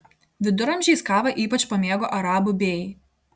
viduramžiais kavą ypač pamėgo arabų bėjai